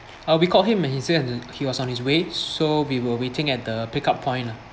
uh we called him and he say mm he was on his way so we were waiting at the pick up point lah